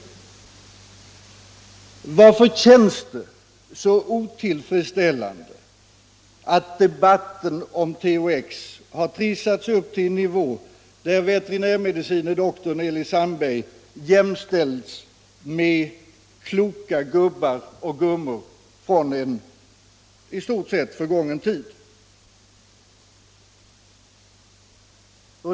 Varför känns det så otillfredsställande att debatten trissats upp till en nivå där veterinärmedicine doktorn Elis Sandberg jämställs med kloka gubbar och gummor från en i stort sett förgången tid?